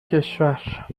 کشور